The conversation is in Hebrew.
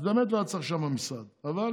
אז באמת לא היה צריך שם משרד, אבל